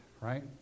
right